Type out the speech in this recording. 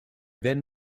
then